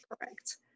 correct